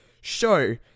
show